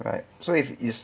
right so if you